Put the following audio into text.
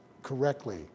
correctly